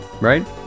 right